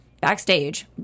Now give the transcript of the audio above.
Backstage